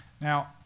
Now